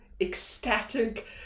ecstatic